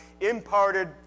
imparted